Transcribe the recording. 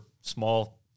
small